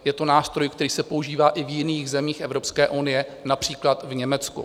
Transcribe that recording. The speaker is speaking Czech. Je to nástroj, který se používá i v jiných zemích Evropské unie, například v Německu.